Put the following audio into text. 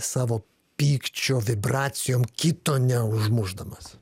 savo pykčio vibracijom kito neužmušdamas